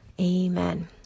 Amen